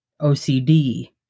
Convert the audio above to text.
OCD